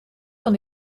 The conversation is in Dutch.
van